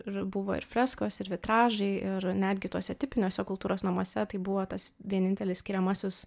ir buvo ir freskos ir vitražai ir netgi tuose tipiniuose kultūros namuose tai buvo tas vienintelis skiriamasis